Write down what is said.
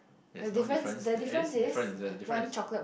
there's no difference there is difference the difference is